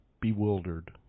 Bewildered